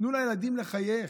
תנו לילדים לחייך.